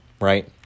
right